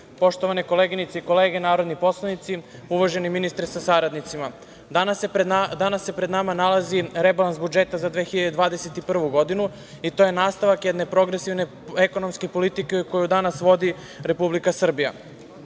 koleginice i kolege narodni poslanici, uvaženi ministre sa saradnicima, danas se pred nama nalazi rebalans budžeta za 2021. godinu i to je nastavak jedne progresivne ekonomske politike koju danas vodi Republika Srbija.